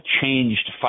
changed